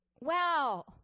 Wow